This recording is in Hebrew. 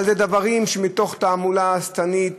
אבל אלה דברים שמתוך תעמולה שטנית,